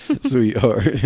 sweetheart